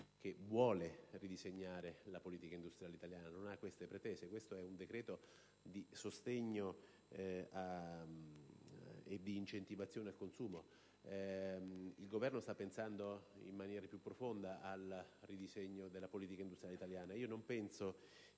che vuole ridisegnare la politica industriale italiana, non ha queste pretese. Si tratta di un decreto di sostegno e di incentivazione al consumo. Il Governo sta pensando in maniera più profonda al ridisegno della politica industriale italiana. Non penso